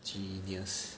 genius